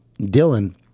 Dylan